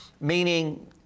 Meaning